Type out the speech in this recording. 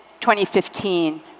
2015